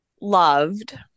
loved